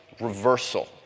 reversal